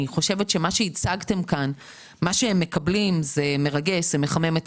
אני חושבת שמה שהצגתם כאן לגבי מה שהם מקבלים זה מרגש ומחמם את